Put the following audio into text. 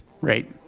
Right